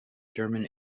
german